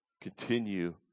Continue